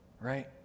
right